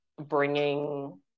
bringing